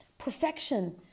perfection